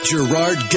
Gerard